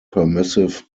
permissive